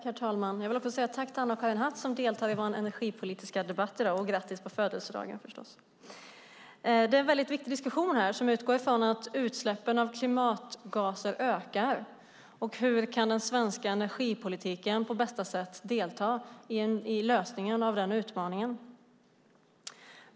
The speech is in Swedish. Herr talman! Jag vill också säga tack till Anna-Karin Hatt som deltar i vår energipolitiska debatt i dag - och grattis på födelsedagen, förstås! Det är en viktig diskussion, som utgår från att utsläppen av klimatgaser ökar. Hur kan den svenska energipolitiken på bästa sätt delta i en lösning av den utmaningen?